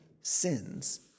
sins